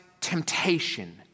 temptation